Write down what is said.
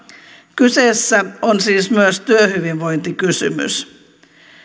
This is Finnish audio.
kyseessä on siis myös työhyvinvointikysymys